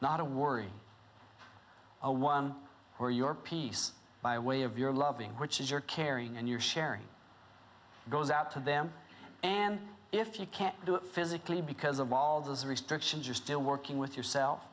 a worry a one where your piece by way of your loving which is your caring and your sharing goes out to them and if you can't do it physically because of all those restrictions are still working with yourself